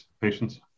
patients